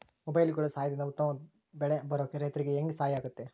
ಮೊಬೈಲುಗಳ ಸಹಾಯದಿಂದ ಉತ್ತಮ ಬೆಳೆ ಬರೋಕೆ ರೈತರಿಗೆ ಹೆಂಗೆ ಸಹಾಯ ಆಗುತ್ತೆ?